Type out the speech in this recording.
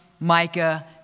Micah